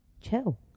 chill